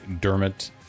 Dermot